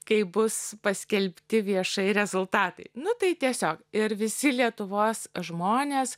kai bus paskelbti viešai rezultatai nu tai tiesiog ir visi lietuvos žmonės